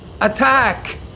Attack